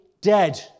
dead